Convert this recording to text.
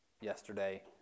yesterday